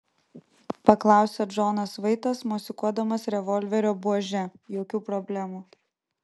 paklausė džonas vaitas mosikuodamas revolverio buože jokių problemų